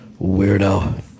Weirdo